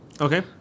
Okay